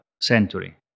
century